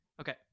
Okay